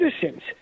citizens